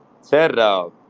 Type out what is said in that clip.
Sir